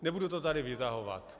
Nebudu to tady vytahovat.